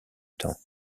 temps